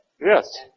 Yes